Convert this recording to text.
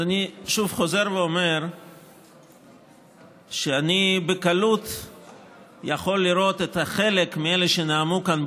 אני חוזר ואומר שאני בקלות יכול לראות חלק מאלה שנאמו כאן,